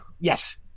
Yes